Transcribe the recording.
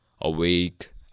awake